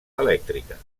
elèctrica